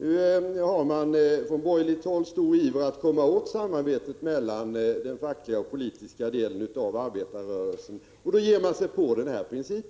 Nu försöker man från borgerligt håll med stor iver att komma åt samarbetet mellan den fackliga och politiska delen av arbetarrörelsen, och då ger man sig på denna princip.